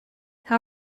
how